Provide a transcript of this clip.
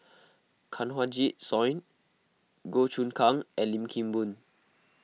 Kanwaljit Soin Goh Choon Kang and Lim Kim Boon